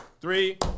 three